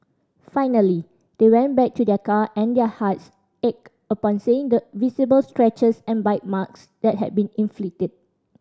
finally they went back to their car and their hearts ached upon seeing the visible scratches and bite marks that had been inflicted